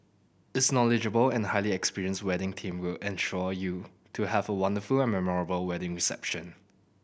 its knowledgeable and highly experienced wedding team will ensure you to have a wonderful and memorable wedding reception